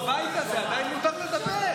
בבית הזה עדיין מותר לדבר.